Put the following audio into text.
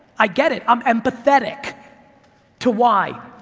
i get it, i'm empathetic to why,